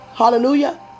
Hallelujah